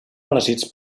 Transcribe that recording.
elegits